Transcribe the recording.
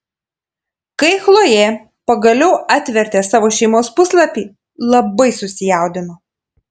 kai chlojė pagaliau atvertė savo šeimos puslapį labai susijaudino